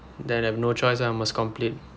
then have no choice ah must complete